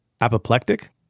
apoplectic